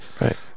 right